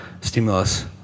stimulus